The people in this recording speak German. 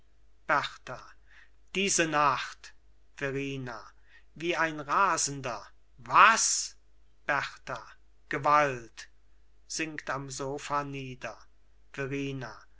berta diese nacht verrina wie ein rasender was berta gewalt sinkt am sofa nieder